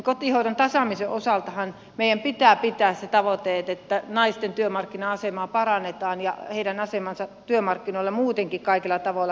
kotihoidon tuen tasaamisen osaltahan meidän pitää pitää se tavoite että naisten työmarkkina asemaa parannetaan ja heidän asemaansa työmarkkinoilla muutenkin kaikilla tavoilla tuetaan